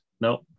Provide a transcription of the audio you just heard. No